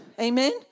Amen